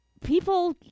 people